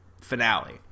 finale